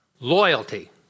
Loyalty